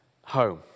home